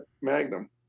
Magnum